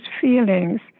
feelings